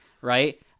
right